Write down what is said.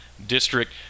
District